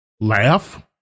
Laugh